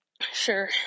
sure